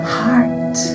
heart